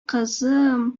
кызым